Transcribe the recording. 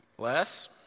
Less